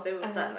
(uh huh)